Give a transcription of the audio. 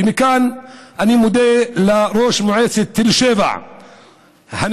ומכאן אני מודה לראש מועצת תל שבע הנבחר,